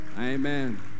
Amen